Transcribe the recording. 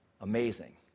amazing